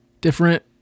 different